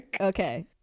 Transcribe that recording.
okay